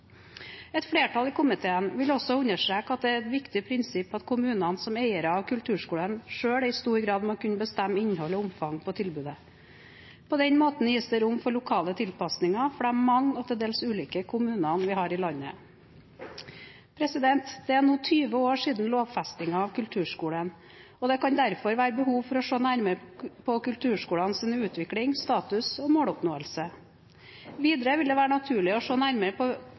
Et flertall i komiteen vil også understreke at det er et viktig prinsipp at kommunene som eiere av kulturskolen selv i stor grad må kunne bestemme innhold og omfang på tilbudet. På den måten gis det rom for lokale tilpasninger for de mange og til dels ulike kommunene vi har i landet. Det er nå 20 år siden lovfestingen av kulturskolen, og det kan derfor være behov for å se nærmere på kulturskolens utvikling, status og måloppnåelse. Videre vil det være naturlig å se nærmere på